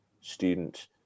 students